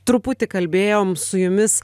truputį kalbėjom su jumis